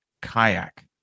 kayak